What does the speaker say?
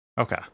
okay